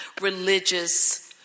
religious